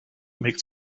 makes